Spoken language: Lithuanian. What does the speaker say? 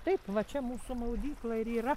taip va čia mūsų maudykla ir yra